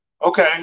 okay